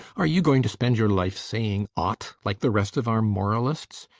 are you going to spend your life saying ought, like the rest of our moralists?